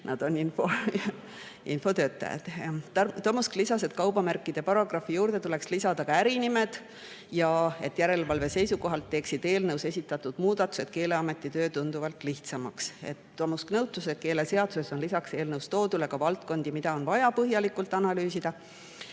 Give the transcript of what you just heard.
nad on infotöötajad. Tomusk lisas, et kaubamärkide paragrahvi juurde tuleks lisada ka ärinimed, ja järelevalve seisukohalt teeksid eelnõus esitatud muudatused Keeleameti töö tunduvalt lihtsamaks. Tomusk nõustus, et keeleseaduses on lisaks eelnõus toodule ka valdkondi, mida on vaja põhjalikult analüüsida.